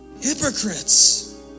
Hypocrites